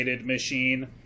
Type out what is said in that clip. machine